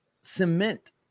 cement